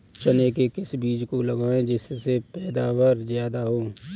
चने के किस बीज को लगाएँ जिससे पैदावार ज्यादा हो?